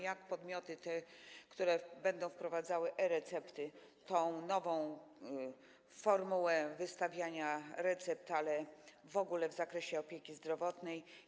Jak podmioty będą wprowadzały e-recepty, tę nową formułę wystawiania recept w ogóle w zakresie opieki zdrowotnej?